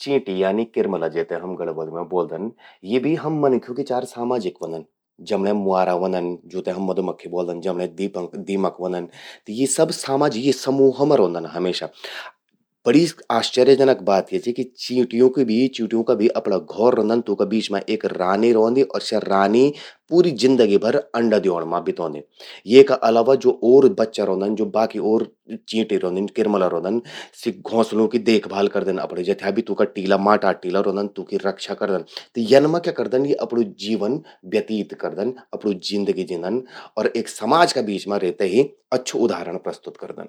चींटी, यानी किरमला जेते हम गढ़वलि मां ब्वोलदन, यि भी हम मनख्यूं कि चार सामाजिक ह्वोंदन। जमण्यें म्वारा ह्वंदन जूंते हम मधुमक्खी ब्वोलदन, जमण्यें दीमक ह्वंदन, त यि सब समूह मां रौंदन हमेशा। बड़ि आश्यर्यजनक बात चि कि चींट्यूं की भी, चींट्यूं का भी अपणां घौर रौंदन, तूंका बीच मां एक रानी रौंदि, स्या रानी पूरी जिंदगी भर अंडा द्योंण मां बितौंदि। येका अलावा ज्वो ओर बच्चा रौंदन, ज्वो बाकी ओर चींटी रौंदिन, किरमला रौंदन सी घौंसलूं कि देखभाल करदन, जथ्या भी तूंका टीला, माटा टीला रौंदन तूंकि रक्षा करदन। यन मां क्या करदन यि अपणूं जीवन व्यतीत करदन, अपणूं जिंदगी जींदन और एक समाज का बीच मां रे ते ही अच्छू उदाहरण प्रस्तुत करदन।